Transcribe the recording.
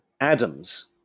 Adams